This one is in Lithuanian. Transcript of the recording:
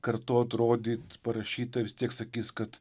kartot rodyt parašytą vis tiek sakys kad